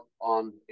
on